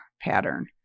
pattern